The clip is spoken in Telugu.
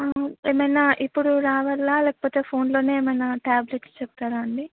ఏమైనా ఇప్పుడు రాగలరా లేకపోతే ఫోన్లోనే ఏమన్నా ట్యాబ్లెట్స్ చెప్తారా అండి